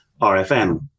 RFM